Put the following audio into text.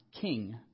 king